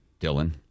Dylan